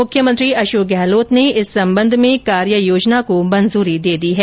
मुख्यमंत्री अशोक गहलोत ने इस संबंध में कार्ययोजना को मंजूरी दे दी है